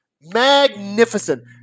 Magnificent